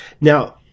now